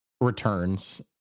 returns